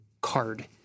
card